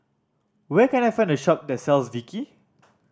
where can I find a shop that sells Vichy